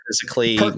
physically